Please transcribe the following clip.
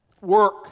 work